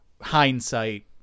hindsight